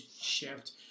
shift